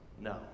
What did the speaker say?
No